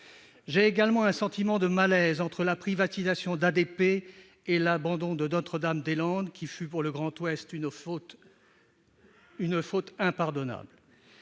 également un sentiment de malaise, entre la privatisation d'ADP et l'abandon de Notre-Dame-des-Landes, qui fut pour le Grand Ouest une faute impardonnable.